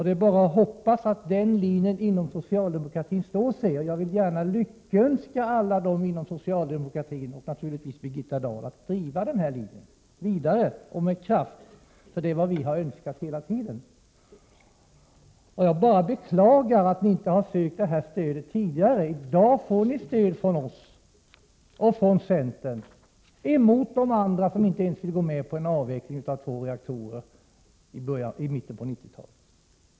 Det är bara att hoppas att den linjen inom socialdemokratin står sig, och jag vill gärna lyckönska alla dem inom socialdemokratin och naturligtvis Birgitta Dahl att driva den här linjen vidare och med kraft, för det är vad vi har önskat hela tiden. Jag bara beklagar att ni inte har sökt vårt stöd tidigare. I dag får ni stöd från oss och från centern mot de andra, som inte ens vill gå med på avveckling av två reaktorer i mitten av 90-talet.